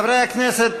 חברי הכנסת,